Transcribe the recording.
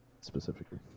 Specifically